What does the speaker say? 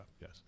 Yes